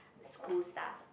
school stuff